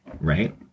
Right